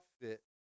fit